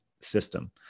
system